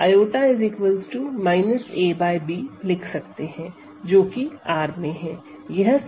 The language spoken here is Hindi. तो हम i a b लिख सकते हैं जो कि R में है